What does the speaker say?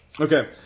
Okay